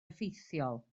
effeithiol